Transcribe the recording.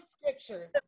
scripture